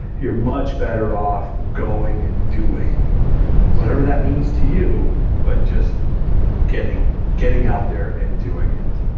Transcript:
you're much better off going and doing whatever that means to you but just getting getting out there and doing it.